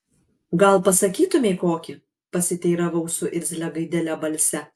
gal pasakytumei kokį pasiteiravau su irzlia gaidele balse